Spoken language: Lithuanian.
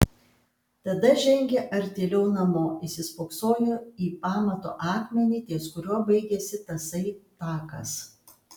tada žengė artėliau namo įsispoksojo į pamato akmenį ties kuriuo baigėsi tasai takas